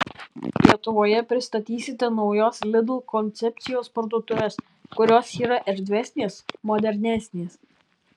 lietuvoje pristatysite naujos lidl koncepcijos parduotuves kurios yra erdvesnės modernesnės